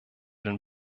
den